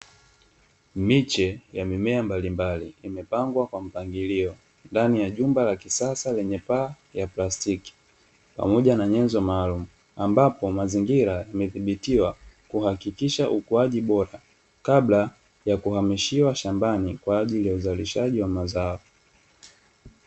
Miche ya mimea mbalimbali imepangwa kwa mpangilio ndani ya jumba la kisasa yenye paa la plastiki. pamoja na nyenzo maalumu ambapo mazingira yamedhibitiwa kuhakikisha ukuaji bora kabla ya kuhamishiwa shambani kwa ajili ya uzalishaji wa mazao.